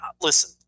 listen